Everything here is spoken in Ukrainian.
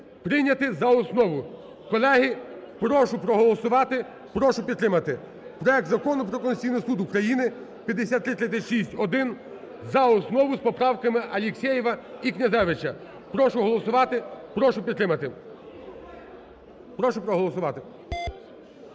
прийняти за основу. Колеги, прошу проголосувати, прошу підтримати проект Закону про Конституційний Суд України 5336-1 за основу з поправками Алєксєєва і Князевича. Прошу голосувати, прошу підтримати. Прошу проголосувати.